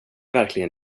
verkligen